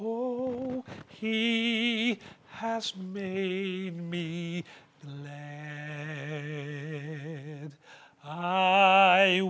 me he has made me and i